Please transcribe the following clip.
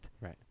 Right